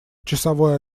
часовой